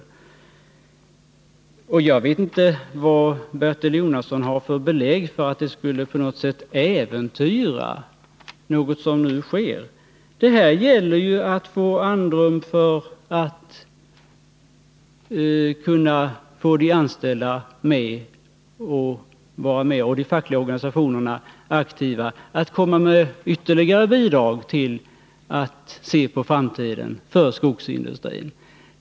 Jag vet inte vad Bertil Jonasson har för belägg för att vårt förslag på något sätt skulle äventyra något som nu sker. Här gäller ju att vinna andrum för att kunna få de anställda och de fackliga organisationerna att vara aktiva och komma med ytterligare bidrag inför framtiden för skogsindustrin.